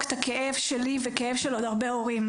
את הכאב שלי וכאב של עוד הרבה הורים.